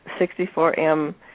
64M